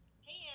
Hey